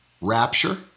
rapture